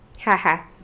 Haha